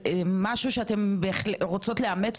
הרי אתם הולכים לשבת בצוות הבין משרדי,